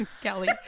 Kelly